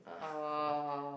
oh